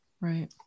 Right